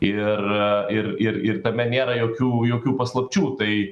ir ir ir ir tame nėra jokių jokių paslapčių tai